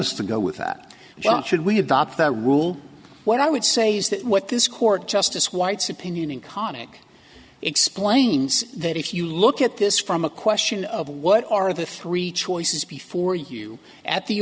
want to go with that should we adopt a rule what i would say is that what this court justice white's opinion conic explains that if you look at this from a question of what are the three choices before you at the